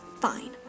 Fine